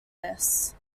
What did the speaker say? this